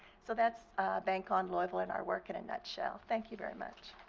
so that's bank on louisville and our work in a nutshell. thank you very much.